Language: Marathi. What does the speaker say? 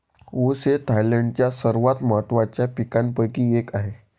ऊस हे थायलंडच्या सर्वात महत्त्वाच्या पिकांपैकी एक आहे